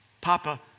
Papa